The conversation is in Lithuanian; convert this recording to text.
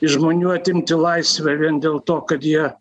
iš žmonių atimti laisvę vien dėl to kad jie